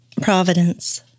Providence